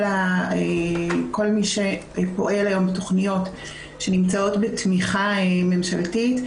כל מי שפועל היום בתכניות שנמצאות בתמיכה ממשלתית,